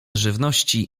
żywności